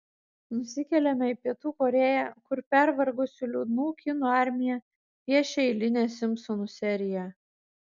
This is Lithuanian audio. nusikeliame į pietų korėją kur pervargusių liūdnų kinų armija piešia eilinę simpsonų seriją